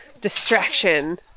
Distraction